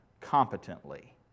competently